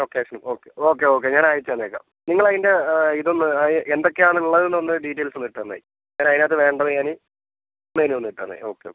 ലൊക്കേഷനും okay okay okay ഞാനയച്ച് തന്നേക്കാം നിങ്ങളതിൻ്റെ ഇതൊന്ന് എന്തൊക്കെയാണുള്ളത് എന്ന് ഡീറ്റെയ്ൽസൊന്ന് ഇട്ട് തന്നേര് കാരണം അതിനകത്ത് വേണ്ടത് ഞാൻ മെനു ഒന്ന് ഇട്ട് തന്നേര് ഓക്കെ ഓക്കെ